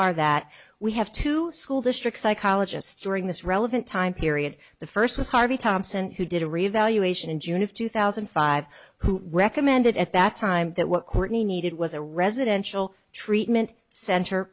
are that we have two school district psychologists during this relevant time period the first was harvey thompson who did a revaluation in june of two thousand and five who recommended at that time that what courtney needed was a residential treatment center